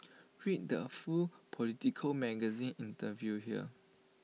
read the full Politico magazine interview here